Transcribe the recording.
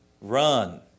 Run